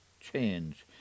change